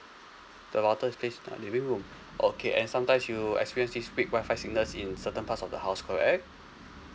the router is placed at living room okay and sometimes you experience this weak wi-fi signals in certain parts of the house correct